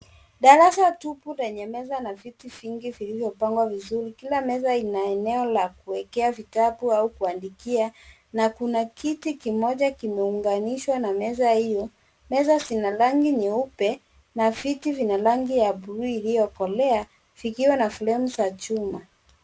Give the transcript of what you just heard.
Darasa tupu lenye meza na viti vilivyopangwa vizuri. Kila meza ina eneo la kuekea vitabu au kuandikia na kuna kiti kimoja kimeunganishwa na meza hiyo. Meza zina rangi nyeupe na viti vina rangi ya bluu iliyokolea zikiwa na fremu za chuma.